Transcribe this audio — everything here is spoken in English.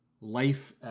life